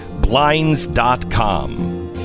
blinds.com